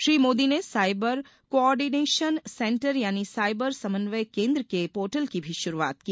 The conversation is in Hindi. श्री मोदी ने साइबर कोऑर्डिनेशन सेंटर यानी साइबर समन्वय केन्द्र के पोर्टल की भी शुरुआत की